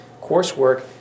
coursework